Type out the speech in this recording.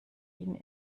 ihnen